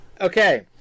Okay